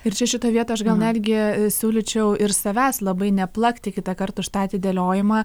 ir čia šitoj vietoj aš gal netgi siūlyčiau ir savęs labai neplakti kitąkart už tą atidėliojimą